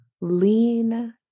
lean